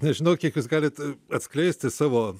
nežinau kiek jūs galit atskleisti savo